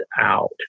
out